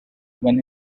when